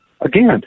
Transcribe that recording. Again